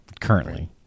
currently